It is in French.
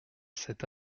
cet